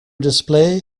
display